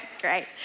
great